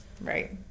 right